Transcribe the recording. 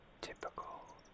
typical